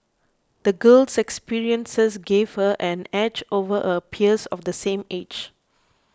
the girl's experiences gave her an edge over her peers of the same age